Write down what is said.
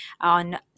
on